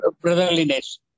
brotherliness